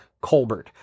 Colbert